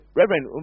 reverend